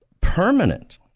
permanent